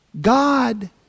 God